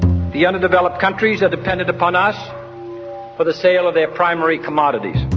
the underdeveloped countries are dependent upon us for the sale of their primary commodities.